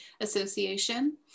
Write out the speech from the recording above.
Association